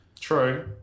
True